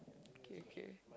okay okay